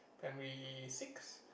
primary six